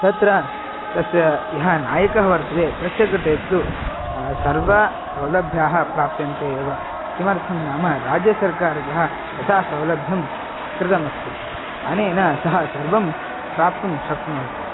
तत्र तस्य यः नायकः वर्तते तस्य कृते तु सर्वाः सौलभ्याः प्राप्यन्ते एव किमर्थं नाम राज्यसर्कारतः तथा सौलभ्यं कृतमस्ति अनेन सः सर्वं प्राप्तुं शक्नोस्ति